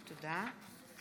תודה.